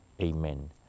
Amen